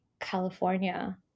California